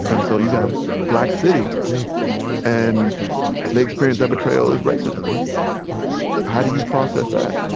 and so you've got a black city, yeah and they experience that betrayal as racism right how do you process that?